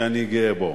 שאני גאה בו.